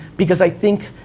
because i think,